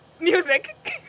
music